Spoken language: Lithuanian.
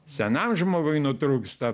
senam žmogui nutrūksta